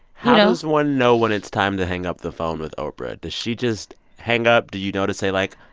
how does one know when it's time to hang up the phone with oprah? does she just hang up? do you know to say, like,